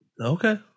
Okay